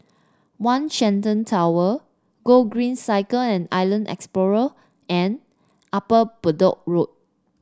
One Shenton Tower Gogreen Cycle and Island Explorer and Upper Bedok Road